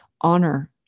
honor